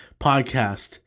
podcast